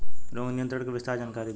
रोग नियंत्रण के विस्तार जानकारी दी?